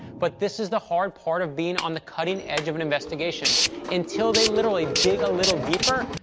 but this is the hard part of being on the cutting edge of an investigation until they literally dig a little deeper,